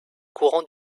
courants